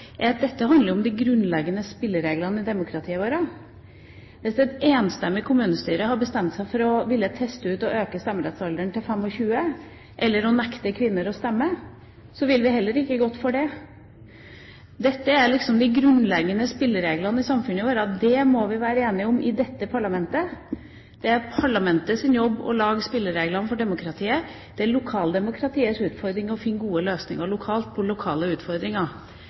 dette handler om de grunnleggende spillereglene i demokratiet vårt. Hvis et enstemmig kommunestyre hadde bestemt seg for å ville teste ut og øke stemmerettsalderen til 25 eller å nekte kvinner å stemme, ville vi heller ikke ha gått for det. Dette er liksom de grunnleggende spillereglene i samfunnet vårt, og det må vi være enige om i dette parlamentet. Det er parlamentets jobb å lage spillereglene for demokratiet. Det er lokaldemokratiets utfordring å finne gode løsninger lokalt på lokale utfordringer,